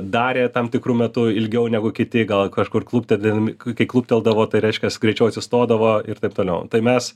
darė tam tikru metu ilgiau negu kiti gal kažkur klupteldami klupteldavo tai reiškias greičiau atsistodavo ir taip toliau tai mes